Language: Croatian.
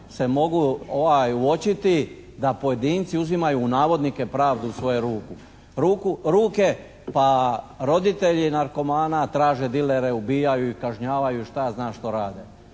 se mogu uočiti da pojedinci uzimaju, u navodnike, "pravdu u svoju ruke", pa roditelji narkomana traže dilere, ubijaju ih i kažnjavaju i šta ja znam što rade.